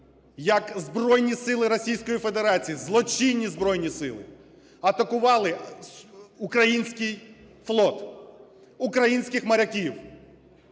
Федерації, злочинні збройні сили атакували український флот, українських моряків.